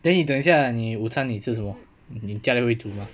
then 你等一下你午餐你吃什么你家人会煮吗